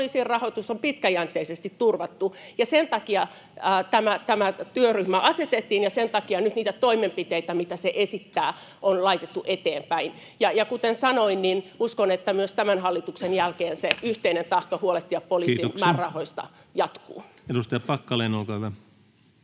poliisin rahoitus on pitkäjänteisesti turvattu, ja sen takia tämä työryhmä asetettiin ja sen takia nyt niitä toimenpiteitä, mitä se esittää, on laitettu eteenpäin. Ja kuten sanoin, niin uskon, että myös tämän hallituksen jälkeen se yhteinen tahto huolehtia poliisin määrärahoista jatkuu. Kiitoksia. — Edustaja Packalén, olkaa hyvä.